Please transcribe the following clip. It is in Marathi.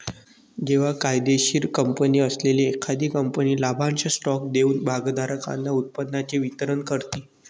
जेव्हा फायदेशीर कंपनी असलेली एखादी कंपनी लाभांश स्टॉक देऊन भागधारकांना उत्पन्नाचे वितरण करते